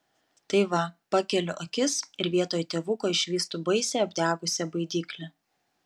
tai va pakeliu akis ir vietoj tėvuko išvystu baisią apdegusią baidyklę